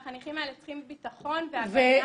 והחניכים האלה צריכים ביטחון והגנה.